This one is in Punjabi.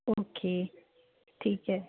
ਓਕੇ ਠੀਕ ਹੈ